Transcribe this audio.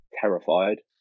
terrified